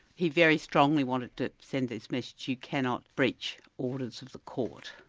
he very strongly wanted to send this message you cannot breach orders of the court.